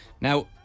Now